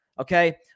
Okay